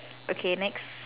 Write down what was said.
okay next